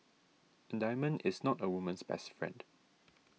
a diamond is not a woman's best friend